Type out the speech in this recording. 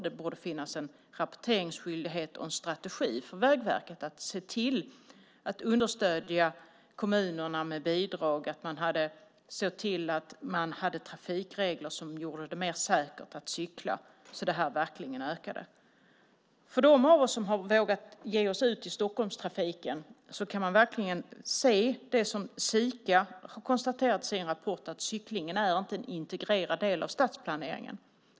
Det borde finnas en rapporteringsskyldighet och en strategi från Vägverket att se till att understödja kommunerna med bidrag och se till att man har trafikregler som gör det säkrare att cykla, så att det verkligen ökar. De av oss som har vågat ge oss ut i Stockholmstrafiken har verkligen kunnat se det som Sika har konstaterat i sin rapport: Cyklingen är inte en integrerad del av stadsplaneringen.